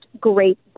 great